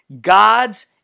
God's